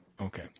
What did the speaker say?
okay